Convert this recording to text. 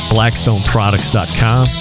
Blackstoneproducts.com